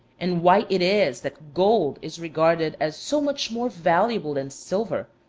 and why it is that gold is regarded as so much more valuable than silver,